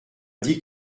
dit